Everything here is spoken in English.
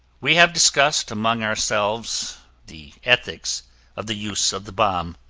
we have discussed among ourselves the ethics of the use of the bomb.